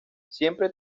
siempre